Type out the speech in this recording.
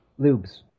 Lubes